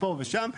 פ הושם,